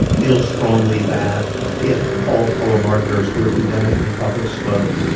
feel strongly that if all telemarketers were to vanish in a puff of smoke,